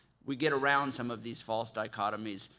we get around some of these false dichotomies,